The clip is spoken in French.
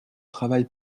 travail